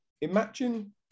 imagine